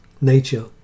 nature